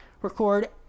record